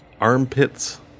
armpits